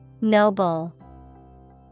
Noble